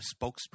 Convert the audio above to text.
spokesperson